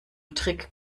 trick